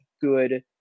good